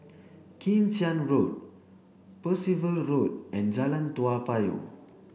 Kim Tian Road Percival Road and Jalan Toa Payoh